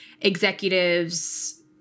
executives